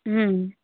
হুম